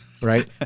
Right